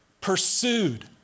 pursued